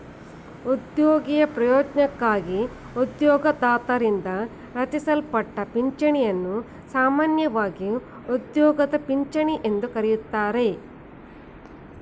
ಉದ್ಯೋಗಿಯ ಪ್ರಯೋಜ್ನಕ್ಕಾಗಿ ಉದ್ಯೋಗದಾತರಿಂದ ರಚಿಸಲ್ಪಟ್ಟ ಪಿಂಚಣಿಯನ್ನು ಸಾಮಾನ್ಯವಾಗಿ ಉದ್ಯೋಗದ ಪಿಂಚಣಿ ಎಂದು ಕರೆಯುತ್ತಾರೆ